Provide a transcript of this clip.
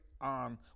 on